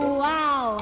wow